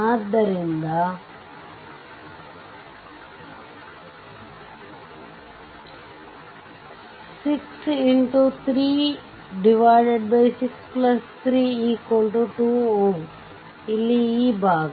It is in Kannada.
ಆದ್ದರಿಂದ 6x3632Ω ಇಲ್ಲಿ ಈ ಭಾಗ